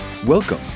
Welcome